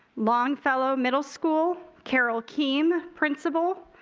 longfellow middle school. carol keen principal.